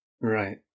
Right